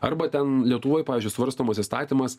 arba ten lietuvoj pavyzdžiui svarstomas įstatymas